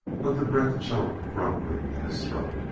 but the breath choked abruptly in his throat.